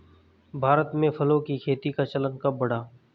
भारत में फलों की खेती का चलन कब बढ़ा?